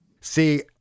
See